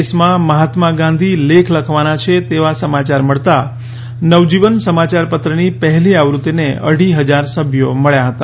દેશમાં મહાત્મા ગાંધી લેખ લખવાના છે તેવા સમાચાર મળતા નવજીવન સમાચાર પત્રની પહેલી આવૃત્તિને અઢી હજાર સભ્યો મળ્યા હતા